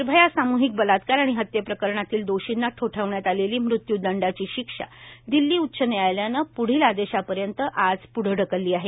निर्भया सामुहिक बलात्कार आणि हत्येप्रकरणातील दोषींना वेठावण्यात आलेली मृत्यूदंडाची शिक्षा दिल्ली उच्च व्यायालयानं पुढील आदेशापर्यंत आज पुढं ढकलली आहे